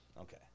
Okay